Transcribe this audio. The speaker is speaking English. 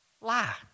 lie